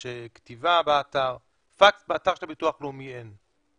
יש כתיבה באתר אבל באתר של הביטוח הלאומי אין פקס.